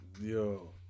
Yo